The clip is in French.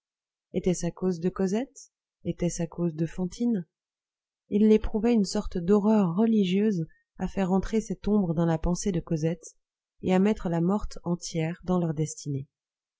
était-ce à cause de cosette était-ce à cause de fantine il éprouvait une sorte d'horreur religieuse à faire entrer cette ombre dans la pensée de cosette et à mettre la morte en tiers dans leur destinée